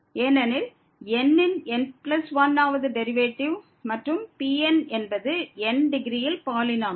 ஏனெனில் n ன் n1 வது டெரிவேட்டிவ் மற்றும் Pn என்பது n டிகிரியில் பாலினோமியல்